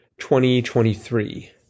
2023